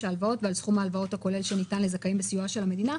ההלוואות ועל סכום ההלוואות הכולל שניתן לזכאים בסיועה של המדינה.